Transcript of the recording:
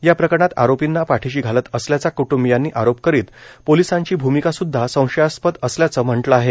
या प्रकरणात आरोपींना पाठीशी घालत असल्याचा क्ट्ंबियांनी आरोप करीत पोलिसांची भूमिकासुद्धा संशयास्पद असल्याच म्हटलं आहे